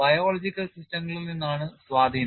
biological സിസ്റ്റങ്ങളിൽ നിന്നാണ് സ്വാധീനം